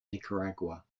nicaragua